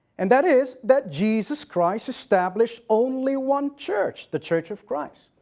and that is that jesus christ established only one church, the church of christ.